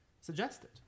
suggested